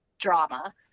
drama